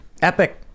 Epic